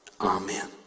amen